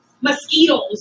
mosquitoes